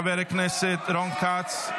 חבר הכנסת רון כץ,